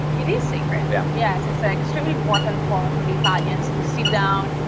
it is sacred, yeah yes. it's extremely important for for the italians to sit down,